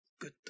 good